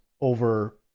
over